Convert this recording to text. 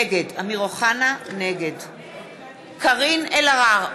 נגד קארין אלהרר,